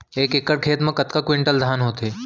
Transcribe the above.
एक एकड़ खेत मा कतका क्विंटल धान होथे?